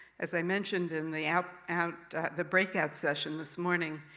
as i mentioned in the out out the breakout session this morning,